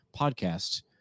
Podcast